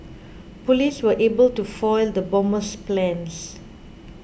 police were able to foil the bomber's plans